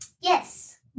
Yes